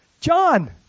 John